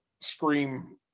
Scream